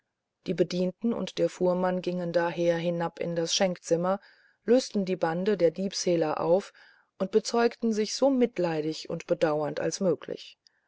die bedienten und der fuhrmann gingen daher hinab in das schenkzimmer lösten die bande der diebeshehler auf und bezeugten sich so mitleidig und bedauernd als möglich